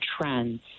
trends